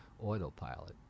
autopilot